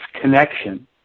connection